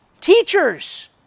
Teachers